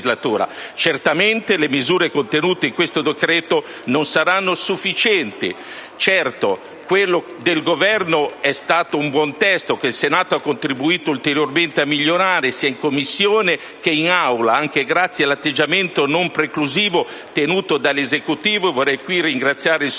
Certamente le misure contenute in questo decreto non saranno sufficienti. Certo, quello del Governo è un buon testo, che il Senato ha contribuito ulteriormente a migliorare, sia in Commissione che in Aula, anche grazie all'atteggiamento non preclusivo tenuto dall'Esecutivo, per il quale vorrei ringraziare il